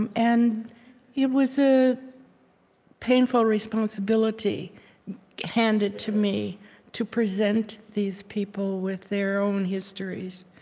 and and it was a painful responsibility handed to me to present these people with their own histories.